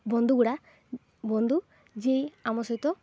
ବନ୍ଧୁଗୁଡ଼ା ବନ୍ଧୁ ଯିଏ ଆମ ସହିତ